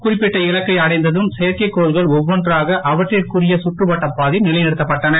குறிப்பிட்ட இலக்கை அடைந்ததும் செயற்கை கோள்கள் ஒவ்வொன்றாக அவற்றிற்குரிய சுற்று வட்டப் பாதையில் நிலை நிறுத்தப்பட்டன